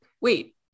wait